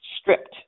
stripped